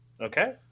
Okay